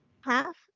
Half